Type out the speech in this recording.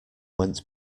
went